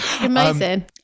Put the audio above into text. Amazing